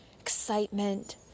excitement